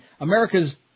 America's